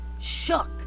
shook